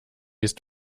ist